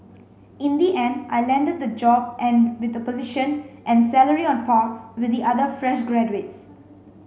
in the end I landed the job and with a position and salary on par with the other fresh graduates